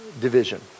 division